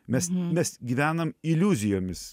mes mes gyvenam iliuzijomis